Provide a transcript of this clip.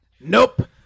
Nope